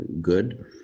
good